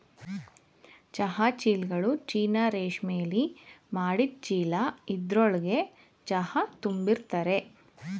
ಚಹಾ ಚೀಲ್ಗಳು ಚೀನಾ ರೇಶ್ಮೆಲಿ ಮಾಡಿದ್ ಚೀಲ ಇದ್ರೊಳ್ಗೆ ಚಹಾ ತುಂಬಿರ್ತರೆ